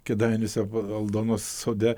kėdainiuose aldonos sode